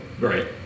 Right